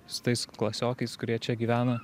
su tais klasiokais kurie čia gyveno